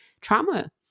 trauma